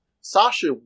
Sasha